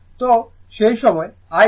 সুতরাং সেই সময় I IL